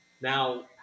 Now